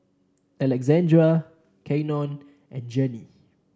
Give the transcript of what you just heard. Alexandra Keion and Jenny